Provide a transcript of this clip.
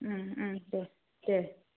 दे दे